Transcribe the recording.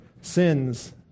sins